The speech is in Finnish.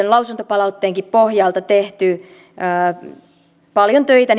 lausuntopalautteenkin pohjalta tehty paljon töitä